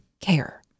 care